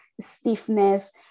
stiffness